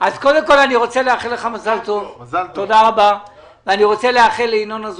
כול אני רוצה לאחל מזל טוב לניר ברקת,